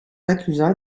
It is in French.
accusa